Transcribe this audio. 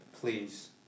please